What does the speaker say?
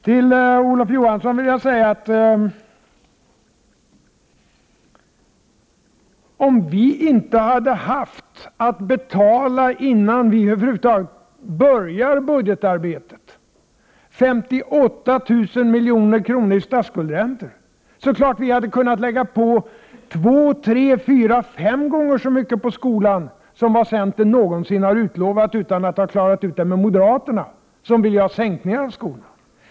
Till Olof Johansson vill jag säga att det är klart att om vi inte hade behövt betala 58 000 milj.kr. i statsskuldräntor innan vi över huvud taget började med budgetarbetet, skulle vi ha kunnat lägga på 2, 3, 4, 5 gånger så mycket medel på skolan som centern någonsin har utlovat — utan att ha klarat ut det med moderaterna, som vill göra sänkningar inom skolan.